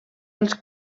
els